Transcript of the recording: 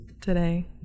today